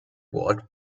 what